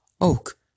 Oak